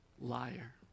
liar